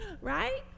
Right